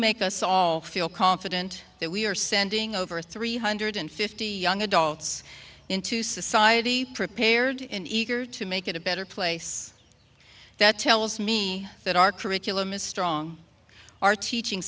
make us all feel confident that we are sending over three hundred fifty young adults into society prepared in eager to make it a better place that tells me that our curriculum is strong our teaching